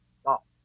stop